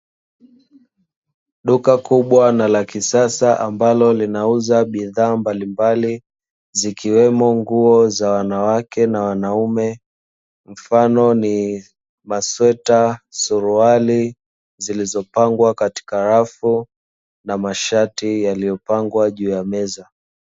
Duka kubwa na la kisasa, ambalo linauza bidhaa mbalimbali, zikiwemo nguo za wanawake na wanaume; mfano ni masweta, suruali, zilizopangwa katika rafu na mashati yaliyopangwa juu ya meza.